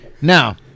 Now